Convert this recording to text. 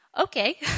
okay